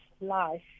life